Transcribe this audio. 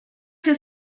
się